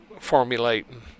formulating